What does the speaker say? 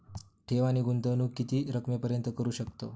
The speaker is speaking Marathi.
ठेव आणि गुंतवणूकी किती रकमेपर्यंत करू शकतव?